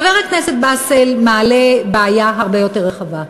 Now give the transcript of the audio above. חבר הכנסת באסל מעלה בעיה הרבה יותר רחבה.